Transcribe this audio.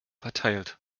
verteilt